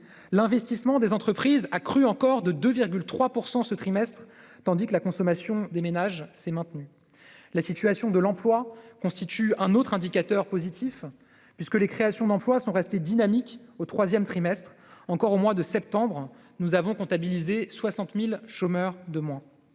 L'investissement des entreprises a crû de 2,3 % ce trimestre, tandis que la consommation des ménages s'est maintenue. La situation de l'emploi constitue un autre indicateur positif, puisque les créations d'emplois sont restées dynamiques au troisième trimestre. Encore au mois de septembre, nous avons comptabilisé 60 000 chômeurs de moins.